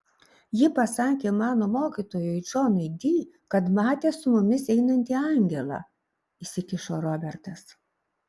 ji pasakė mano mokytojui džonui di kad matė su mumis einantį angelą įsikišo robertas